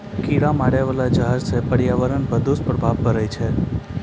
कीरा मारै बाला जहर सँ पर्यावरण पर दुष्प्रभाव पड़ै छै